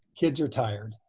kids are tired,